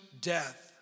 death